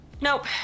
Nope